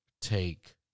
take